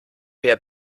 wer